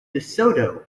desoto